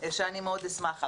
ואני מאוד אשמח.